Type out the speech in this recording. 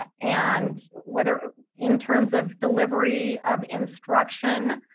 and whether in terms of delivery of instruction